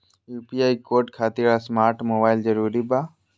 UPI code खातिर smart mobile जरूरी बा?